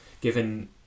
given